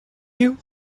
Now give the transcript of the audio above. you